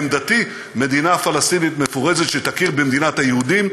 עמדתי: מדינה פלסטינית מפורזת שתכיר במדינת היהודים.